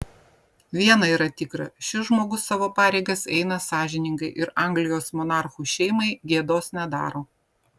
viena yra tikra šis žmogus savo pareigas eina sąžiningai ir anglijos monarchų šeimai gėdos nedaro